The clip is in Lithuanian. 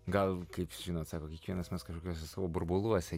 gal kaip žinot sako kiekvienas mes kažkokiuose savo burbuluose